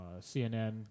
CNN